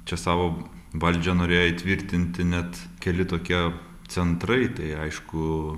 čia savo valdžią norėjo įtvirtinti net keli tokie centrai tai aišku